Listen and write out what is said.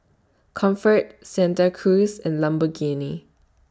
Comfort Santa Cruz and Lamborghini